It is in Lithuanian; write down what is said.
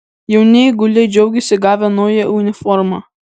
jauni eiguliai džiaugiasi gavę naują uniformą